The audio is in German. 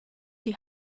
die